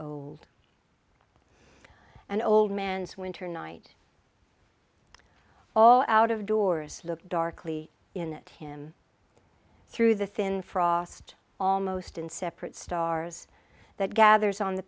old and old man's winter night all out of doors look darkly in it him through the thin frost almost in separate stars that gathers on the